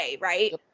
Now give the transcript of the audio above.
right